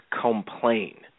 complain